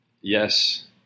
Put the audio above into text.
Yes